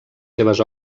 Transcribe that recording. seves